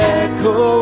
echo